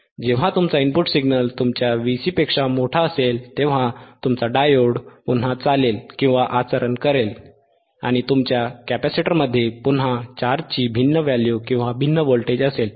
जेव्हा तुमचा input signal तुमच्या Vc पेक्षा मोठा असेल Vi Vc तेव्हा तुमचा डायोड पुन्हा चालेल आचरण करेल आणि तुमच्या कॅपेसिटरमध्ये पुन्हा चार्जची भिन्न व्हॅल्यू किंवा भिन्न व्होल्टेज असेल